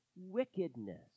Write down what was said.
wickedness